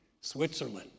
Switzerland